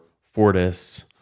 Fortis